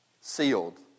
Sealed